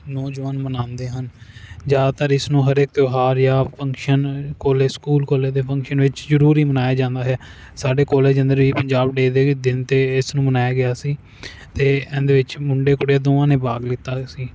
ਨੌਜਵਾਨ ਮਨਾਉਂਦੇ ਹਨ ਜ਼ਿਆਦਾਤਰ ਇਸਨੂੰ ਹਰੇਕ ਤਿਓਹਾਰ ਜਾਂ ਫ਼ੰਕਸ਼ਨ ਕੋਲੇਜ ਸਕੂਲ ਕੋਲੇਜ ਦੇ ਫ਼ੰਕਸ਼ਨ ਵਿੱਚ ਜ਼ਰੂਰੀ ਮਨਾਇਆ ਜਾਂਦਾ ਹੈ ਸਾਡੇ ਕੋਲੇਜ ਅੰਦਰ ਇਹ ਪੰਜਾਬ ਡੇਅ ਦੇ ਦਿਨ 'ਤੇ ਇਸਨੂੰ ਮਨਾਇਆ ਗਿਆ ਸੀ ਅਤੇ ਇਹਦੇ ਵਿੱਚ ਮੁੰਡੇ ਕੁੜੀਆਂ ਦੋਵਾਂ ਨੇ ਭਾਗ ਲਿੱਤਾ ਸੀ